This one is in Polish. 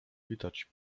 witać